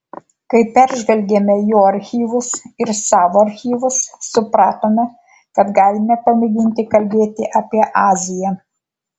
kai peržvelgėme jo archyvus ir savo archyvus supratome kad galime pamėginti kalbėti apie aziją